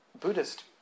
Buddhist